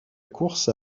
course